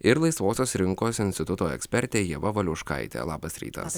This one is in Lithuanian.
ir laisvosios rinkos instituto ekspertė ieva valiuškaitė labas rytas